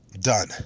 done